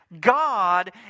God